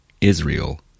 Israel